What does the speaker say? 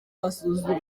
basuzuma